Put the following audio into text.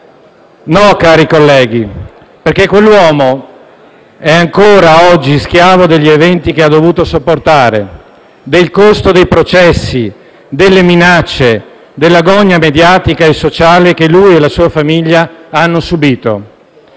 No, cari colleghi, perché quell'uomo è ancora oggi schiavo degli eventi che ha dovuto sopportare, del costo dei processi, delle minacce, della gogna mediatica e sociale che lui e la sua famiglia hanno subìto.